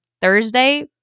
Thursday